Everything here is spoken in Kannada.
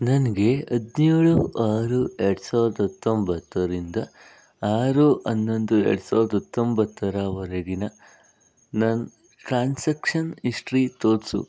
ನನಗೆ ಹದಿನೇಳು ಆರು ಎರ್ಡು ಸಾವಿರದ ಹತ್ತೊಂಬತ್ತರಿಂದ ಆರು ಹನ್ನೊಂದು ಎರ್ಡು ಸಾವಿರ್ದ ಹತ್ತೊಂಬತ್ತರ ವರೆಗಿನ ನನ್ನ ಟ್ರಾನ್ಸಾಕ್ಷನ್ ಹಿಸ್ಟ್ರಿ ತೋರಿಸು